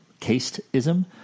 casteism